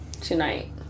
tonight